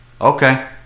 okay